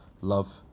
love